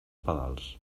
pedals